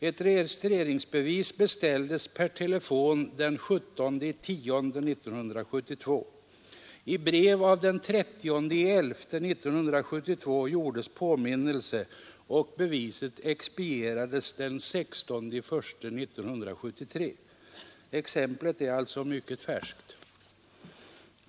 Ett registreringsbevis beställdes per telefon den 17 oktober 1972, i brev av den 30 november 1972 gjordes påminnelse och beviset expedierades den 16 januari 1973. Exemplet är alltså mycket färskt.